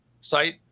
site